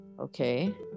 okay